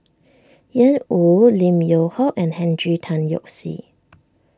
Ian Woo Lim Yew Hock and Henry Tan Yoke See